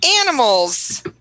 Animals